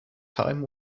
thyme